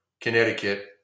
Connecticut